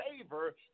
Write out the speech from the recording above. favor